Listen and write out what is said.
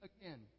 again